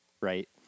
right